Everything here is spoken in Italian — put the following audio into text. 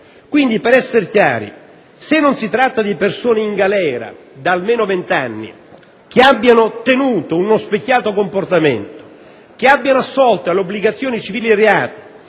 Quindi, per essere chiari, a meno che non si tratti di persone in galera da almeno vent'anni, che abbiano tenuto uno specchiato comportamento, che abbiano assolto alle obbligazioni civili di reato,